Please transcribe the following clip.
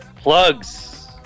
plugs